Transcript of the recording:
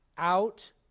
Out